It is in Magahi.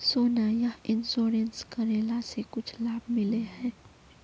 सोना यह इंश्योरेंस करेला से कुछ लाभ मिले है?